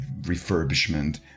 refurbishment